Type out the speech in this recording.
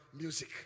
music